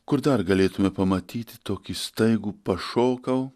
kur dar galėtume pamatyti tokį staigų pašokau